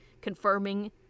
confirming